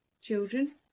Children